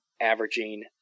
averaging